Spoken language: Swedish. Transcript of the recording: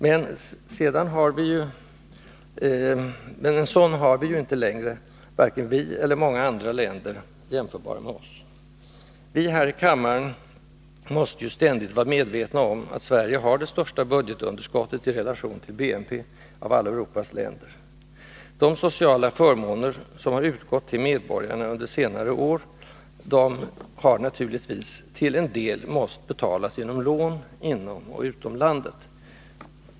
Men en sådan har vi inte längre — varken vi eller många andra länder jämförbara med oss. Vi här i kammaren måste ständigt vara medvetna om att Sverige har det största budgetunderskottet i relation till BNP av alla Europas länder. De sociala förmåner som har utgått till medborgarna under senare år har naturligtvis till en del måst betalas genom lån inom och utom landet. Herr talman!